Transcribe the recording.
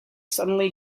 suddenly